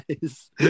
guys